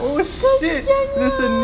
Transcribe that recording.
kesiannya